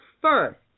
first